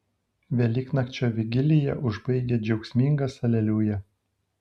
velyknakčio vigiliją užbaigia džiaugsmingas aleliuja